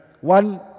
One